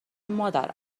مادر